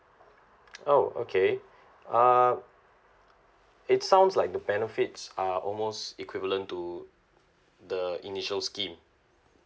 oh okay um it sounds like the benefits are almost equivalent to the initial scheme